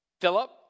Philip